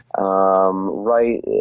Right